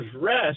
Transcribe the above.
rest